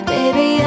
Baby